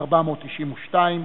1492,